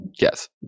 Yes